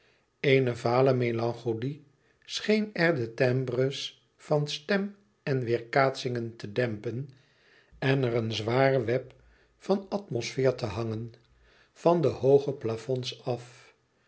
eene vale melancholie scheen er de timbres van stem en weêrkaatsingen te dempen en er een zwaar web van atmosfeer te hangen van de hooge plafonds af